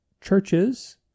churches